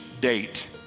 date